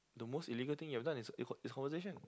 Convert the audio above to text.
the most illegal thing you have done is this conversation